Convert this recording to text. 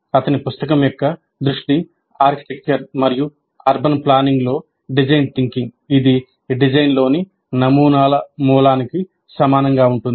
అతని పుస్తకం యొక్క దృష్టి ఆర్కిటెక్చర్ మరియు అర్బన్ ప్లానింగ్లో డిజైన్ థింకింగ్ ఇది డిజైన్లోని నమూనాల మూలానికి సమానంగా ఉంటుంది